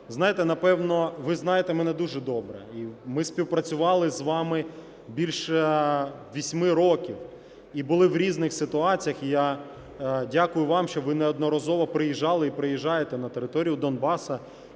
Знаєте, напевно, ви знаєте мене дуже добре і ми співпрацювали з вами більше восьми років, і були в різних ситуаціях. Я дякую вам, що ви неодноразово приїжджали і приїжджаєте на територію Донбасу